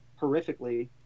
horrifically